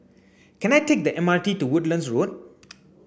can I take the M R T to Woodlands Road